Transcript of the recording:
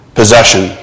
possession